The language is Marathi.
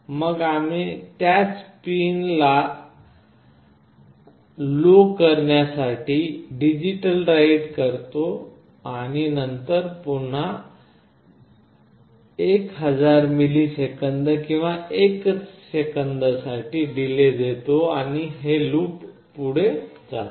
मग आम्ही त्याच पिन 7 ला लो करण्यासाठी digitalWrite करतो आणि नंतर आम्ही पुन्हा 1000 मिली सेकंद किंवा 1 सेकंदासाठी डिले देतो आणि हे लूपमध्ये पुढे जाते